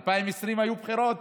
ב-2020 היו בחירות,